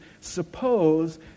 suppose